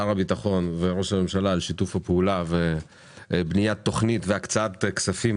שר הביטחון וראש הממשלה על שיתוף הפעולה ובניית תוכנית והקצאת כספים